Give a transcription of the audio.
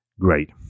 great